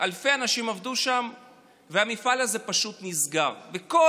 אלפי אנשים עבדו שם והמפעל הזה פשוט נסגר וכל